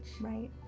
Right